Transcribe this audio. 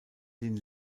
den